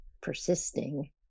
persisting